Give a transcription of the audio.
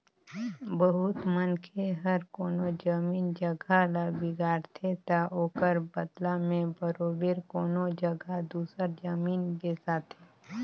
बहुत मनखे हर कोनो जमीन जगहा ल बिगाड़थे ता ओकर बलदा में बरोबेर कोनो जगहा दूसर जमीन बेसाथे